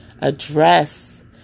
address